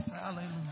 hallelujah